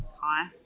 Hi